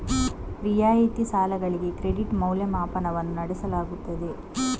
ರಿಯಾಯಿತಿ ಸಾಲಗಳಿಗೆ ಕ್ರೆಡಿಟ್ ಮೌಲ್ಯಮಾಪನವನ್ನು ನಡೆಸಲಾಗುತ್ತದೆ